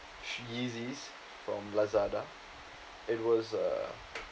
yeezys from lazada it was uh